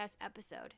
episode